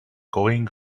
going